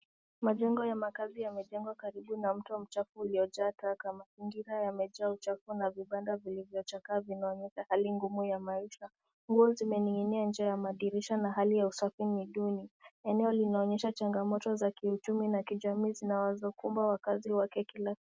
Majengo ya makazi yamejengwa karibu na mto mchafu uliojaa taka. Mazingira yamejaa uchafu na vibanda ya vilivyochakaa vinaonyesha hali ngumu ya maisha. Nguo zimening'inia nje ya madirisha, na hali ya usafi ni duni. Eneo linaonyesha changamoto za kiuchumi na kijamii zinawa, zokumba, wakazi wake kila.